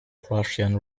prussian